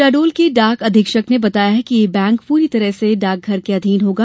शहडोल के डाक अधीक्षक ने बताया कि यह बैंक प्ररी तरह से डाक घर के अधीन होगा